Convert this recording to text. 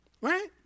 right